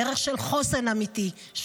דרך של חוסן אמיתי,